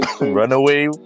runaway